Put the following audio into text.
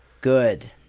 Good